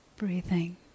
Breathing